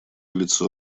лицо